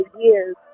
years